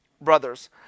brothers